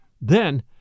Then